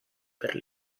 per